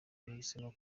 yahisemo